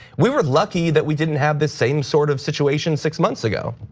we were lucky that we didn't have this same sort of situation six months ago.